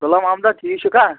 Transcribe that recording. غلام محمدَہ ٹھیٖک چھُکھا